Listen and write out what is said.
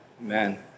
Amen